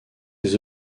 ses